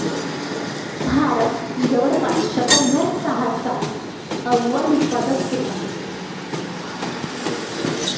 भारत जवळपास शतकभर चहाचा अव्वल उत्पादक होता